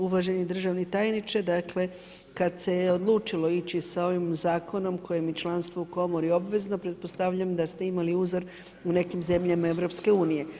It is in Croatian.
Uvaženi državni tajniče, dakle kad se odlučilo ići sa ovim zakonom kojim je članstvo u komori obvezno, pretpostavljam da ste imali uzor u nekim zemljama EU.